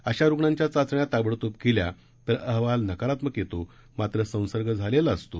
अशा रुग्णांच्या चाचण्या ताबडतोब केल्या तर अहवाल नकारात्मक येतो मात्र संसर्ग झालेला असतो